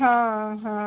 ହଁ ହଁ